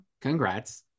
Congrats